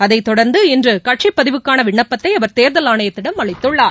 அதைத் தொடர்ந்து இன்று கட்சிப் பதிவுக்கான விண்ணப்பத்தை அவர் தேர்தல் ஆணையத்திடம் அளித்துள்ளார்